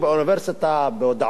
בהודעות לעיתונות,